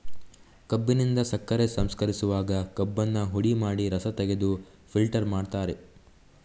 ಕಬ್ಬಿನಿಂದ ಸಕ್ಕರೆ ಸಂಸ್ಕರಿಸುವಾಗ ಕಬ್ಬನ್ನ ಹುಡಿ ಮಾಡಿ ರಸ ತೆಗೆದು ಫಿಲ್ಟರ್ ಮಾಡ್ತಾರೆ